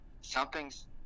something's